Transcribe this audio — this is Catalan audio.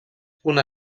punt